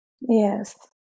Yes